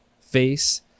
face